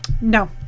No